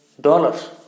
dollars